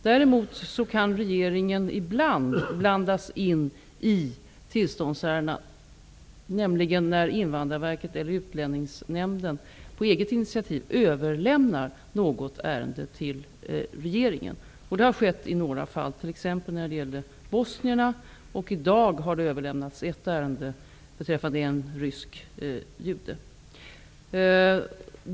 Däremot kan regeringen ibland få avgöra tillståndsärenden, nämligen när Invandrarverket eller Utlänningsnämnden på eget initiativ överlämnar något ärende till regeringen. Det har skett i några fall, t.ex. när det gäller bosnierna. Just i dag har det överlämnats ett ärende som gäller en rysk jude.